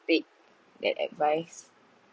take that advice